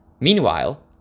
Meanwhile